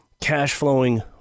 cash-flowing